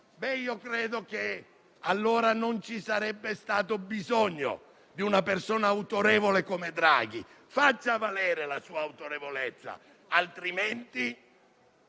credo che allora non ci sarebbe stato bisogno di una persona autorevole come Draghi. Faccia valere la sua autorevolezza, altrimenti